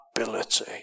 ability